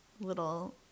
little